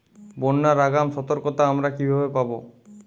বন্যার আগাম সতর্কতা আমরা কিভাবে পাবো?